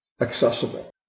accessible